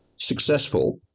Successful